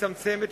תצטמצם ותתמזער.